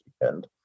weekend